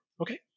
okay